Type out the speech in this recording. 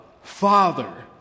Father